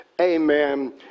amen